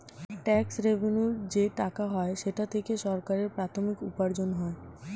tax রেভেন্যুর যে টাকা হয় সেটা থেকে সরকারের প্রাথমিক উপার্জন হয়